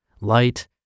light